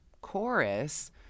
chorus